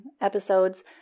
episodes